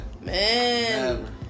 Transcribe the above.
Man